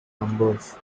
numbers